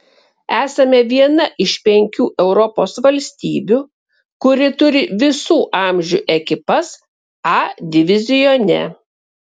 esame viena iš penkių europos valstybių kuri turi visų amžių ekipas a divizione